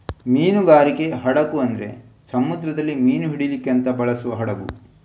ಮೀನುಗಾರಿಕೆ ಹಡಗು ಅಂದ್ರೆ ಸಮುದ್ರದಲ್ಲಿ ಮೀನು ಹಿಡೀಲಿಕ್ಕೆ ಅಂತ ಬಳಸುವ ಹಡಗು